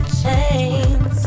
chains